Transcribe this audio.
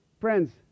Friends